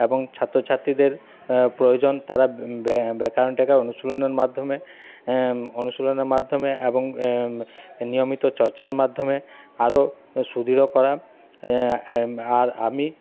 এবং ছাত্রছাত্রীদের প্রয়োজন তারা ব্যাকরণটাকে অনুশীলনের মাধ্যমে অনুশীলনের মাধ্যমে এবং নিয়মিত চর্চার মাধ্যমে আরও শুধরো করান আর আমি